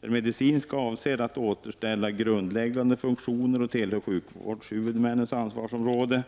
Den medicinska avser att återställa grundläggande funktioner och tillhör sjukvårdshuvudmännens ansvarsområde,